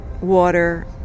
water